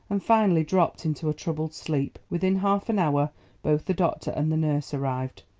and finally dropped into a troubled sleep. within half an hour both the doctor and the nurse arrived.